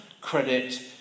credit